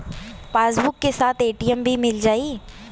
Passbook के साथ ATM भी मील जाई?